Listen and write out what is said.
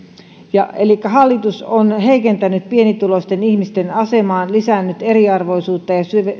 elikkä hallitus on heikentänyt pienituloisten ihmisten asemaa lisännyt eriarvoisuutta ja